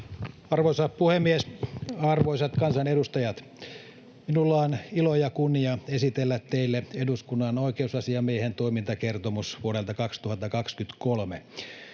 Arvoisa puhemies! Arvoisat kansanedustajat! Minulla on ilo ja kunnia esitellä teille eduskunnan oikeusasiamiehen toimintakertomus vuodelta 2023.